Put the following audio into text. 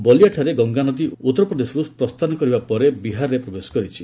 ବଲିଆଠାରେ ଗଙ୍ଗାନଦୀ ଉତ୍ତରପ୍ରଦେଶରୁ ପ୍ରସ୍ଥାନ କରିବା ପରେ ବିହାରରେ ପ୍ରବେଶ କରିଛି